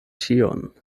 ĉion